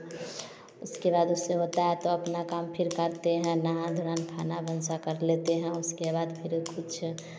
उसके बाद उससे होता है तो अपना काम फिर करते हैं नहा धुलान खाना बंसा कर लेते हैं और उसके बाद फिर कुछ